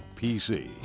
PC